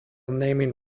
naming